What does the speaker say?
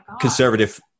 conservative